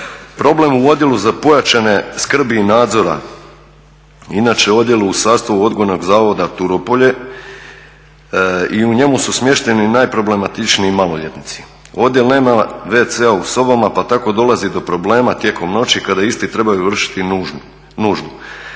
problem u odjelu za pojačane skrbi i nadzora inače odjel u sastavu odgojnog zavoda Turopolje i u njemu su smješteni najproblematičniji maloljetnici. Odjel nema wc a u sobama pa tako dolazi do problema tijekom noći kada isti trebaju vršiti nuždu.